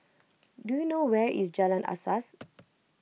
do you know where is Jalan Asas